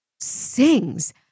Sings